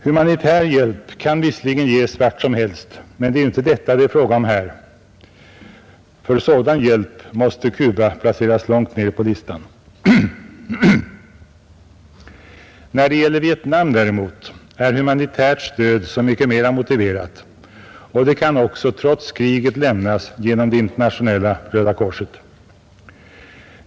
Humanitär hjälp kan visserligen ges vart som helst, men det är ju inte detta det är fråga om här. För sådan hjälp måste Cuba placeras långt ner på listan. När det gäller Vietnam däremot är humanitärt stöd så mycket mera motiverat och kan också trots kriget lämnas genom det Internationella röda korset.